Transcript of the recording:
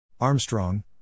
Armstrong